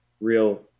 real